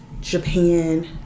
Japan